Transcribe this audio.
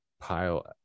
pile